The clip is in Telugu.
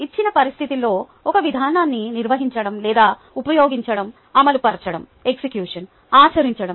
ఇచ్చిన పరిస్థితిలో ఒక విధానాన్ని నిర్వహించడం లేదా ఉపయోగించడం అమలు పరచడంఆచరించడం